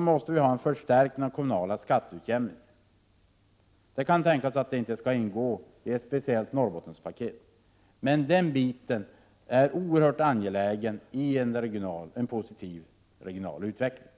måste till en förstärkning av den kommunala skatteutjämningen. Det kan tänkas att detta inte skall ingå i ett speciellt Norrbottenspaket, men den här biten är oerhört angelägen när det gäller att åstadkomma en = Prot. 1987/88:34 positiv regional utveckling.